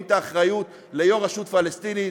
את האחריות ליושב-ראש הרשות הפלסטינית,